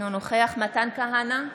אינו נוכח מתן כהנא,